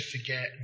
forget